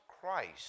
Christ